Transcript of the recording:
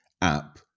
app